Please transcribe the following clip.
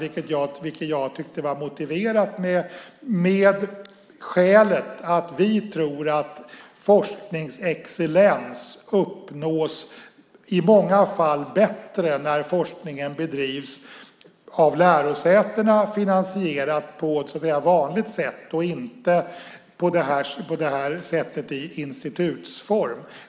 Jag tyckte att den nedläggningen var motiverad av det skälet att vi tror att forskningsexcellens i många fall bättre uppnås när forskningen bedrivs av lärosätena och finansieras så att säga på vanligt sätt och inte i institutsform.